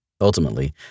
Ultimately